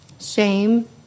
Shame